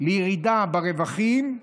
לירידה ברווחים,